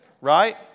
Right